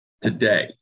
today